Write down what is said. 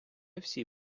всі